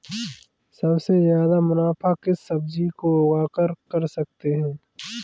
सबसे ज्यादा मुनाफा किस सब्जी को उगाकर कर सकते हैं?